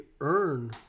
earn